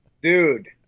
Dude